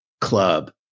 club